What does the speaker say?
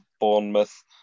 Bournemouth